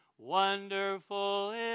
Wonderful